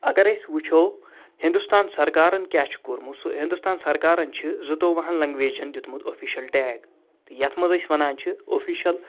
اَگر أسۍ وٕچھو ہِنٛدُستان سَرکارَن کیٛاہ چھُ کوٚرمُت سُہ ہِندُستان سَرکارَن چھِ زٕتوٚوُہَن لنٛگویجَن دیُتمُت اوٚفِشَل ٹیگ تہٕ یَتھ منٛز أسۍ وَنان چھِ اوٚفِشَل